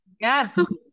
Yes